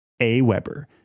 AWeber